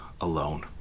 alone